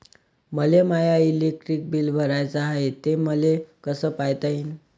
मले my electric bill भराचं हाय, ते मले कस पायता येईन?